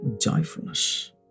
joyfulness